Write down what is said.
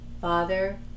Father